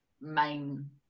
main